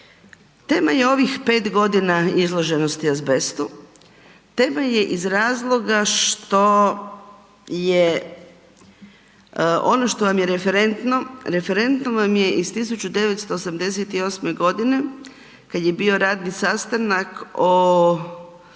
Tema je ovih 5 godina izloženosti azbestu. Tema je iz razloga što je ono što vam je referentno, referentno vam je iz 1988. g. kad je bio radni sastanak o